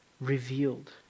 revealed